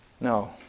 No